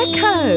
Echo